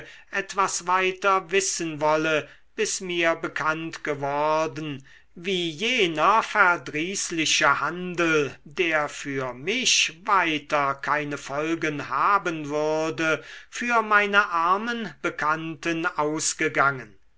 etwas weiter wissen wolle bis mir bekannt geworden wie jener verdrießliche handel der für mich weiter keine folgen haben würde für meine armen bekannten ausgegangen